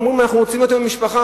אמרו: אנחנו רוצים להיות עם המשפחה.